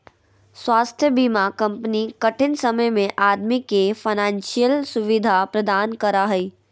स्वास्थ्य बीमा कंपनी कठिन समय में आदमी के फाइनेंशियल सुविधा प्रदान करा हइ